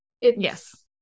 Yes